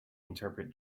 interpret